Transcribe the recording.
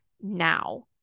now